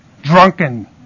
drunken